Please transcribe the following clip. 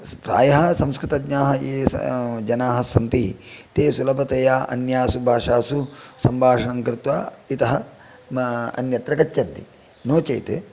प्रायः संस्कृतज्ञाः ये जनाः सन्ति ते सुलभतया अन्यासु भाषासु सम्भाषणं कृत्त्वा इतः अन्यत्र गच्छन्ति नो चेत्